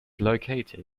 located